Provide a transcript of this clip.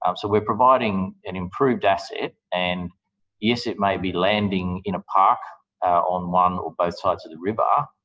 um so, we're providing an improved asset, and yes, it may be landing in a park on one or both sides of the river,